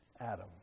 Adam